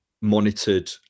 monitored